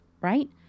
right